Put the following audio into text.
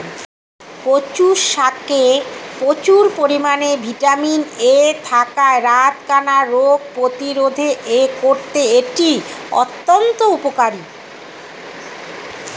কচু শাকে প্রচুর পরিমাণে ভিটামিন এ থাকায় রাতকানা রোগ প্রতিরোধে করতে এটি অত্যন্ত উপকারী